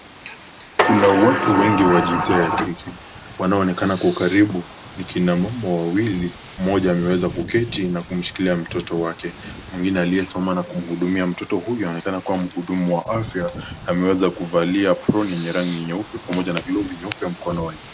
Kuna watu wengi wa jinsia ya kike, wanaoonekana kwa ukaribu na kina mama wawili, mmoja ameweza kuketi na kumshikilia mtoto wake, mwingine aliyesoma na kumhudumia mtoto huyu anaonekana kuwa mhudumu wa afya. Ameweza kuvalia aproni yenye rangi nyeupe pamoja glovu nyeupa mkononi.